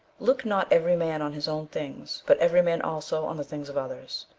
look not every man on his own things, but every man also on the things of others.